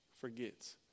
forgets